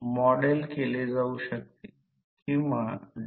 तर ध्रुवपणाच्या चाचणी साठी हे सर्व आहे प्रत्यक्षात काहीच नाही